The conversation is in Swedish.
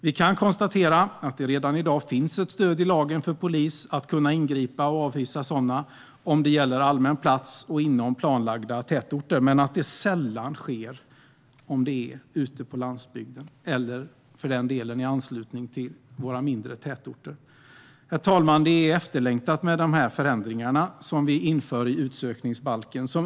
Vi kan konstatera att det redan i dag finns stöd i lagen för polis att ingripa och avhysa om det gäller allmän plats och inom planlagda tätorter men att det sällan sker på landsbygden eller i anslutning till mindre tätorter. Herr talman! De förändringar som vi inför i utsökningsbalken är efterlängtade.